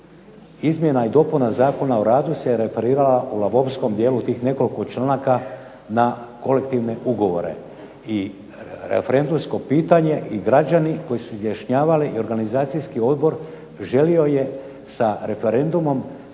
Izmjena i dopuna Zakona o radu se referirala u labovskom dijelu tih nekoliko članaka na kolektivne ugovore. I referendumsko pitanje i građani koji su izjašnjavali i organizacijski odbor želio je sa referendumom